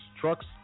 trucks